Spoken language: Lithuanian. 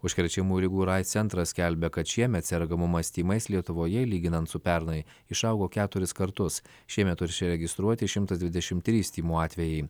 užkrečiamų ligų ir aids centras skelbia kad šiemet sergamumas tymais lietuvoje lyginant su pernai išaugo keturis kartus šiemet užregistruoti šimtas dvidešim trys tymų atvejai